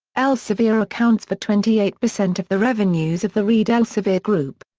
elsevier accounts for twenty eight percent of the revenues of the reed elsevier group.